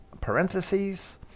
parentheses